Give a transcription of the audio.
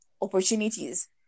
opportunities